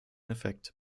effekt